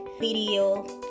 video